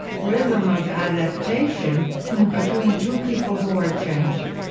rhythm of adaptation between two people who are changing.